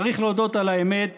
צריך להודות על האמת